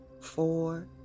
four